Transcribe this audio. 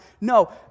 No